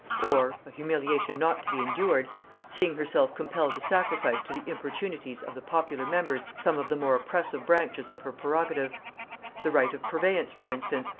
or a humiliation not to be endured seeing herself compelled to sacrifice to the importunities of the popular members some of the more oppressive branches of her prerogative the right of purveyance for instance,